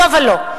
לא ולא.